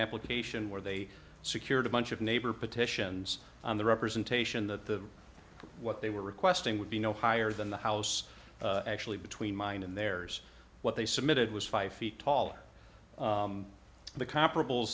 application where they secured a bunch of neighbor petitions on the representation that the what they were requesting would be no higher than the house actually between mine and theirs what they submitted was five feet tall the comparable